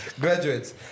Graduates